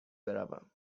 بروم